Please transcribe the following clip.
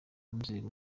rwego